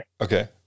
Okay